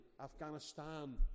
Afghanistan